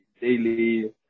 daily